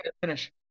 finish